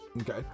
Okay